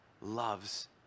loves